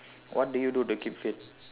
what do you do to keep fit